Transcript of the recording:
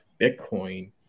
Bitcoin